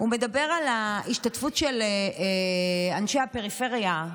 הוא מדבר על ההשתתפות של אנשי הפריפריה,